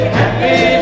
happy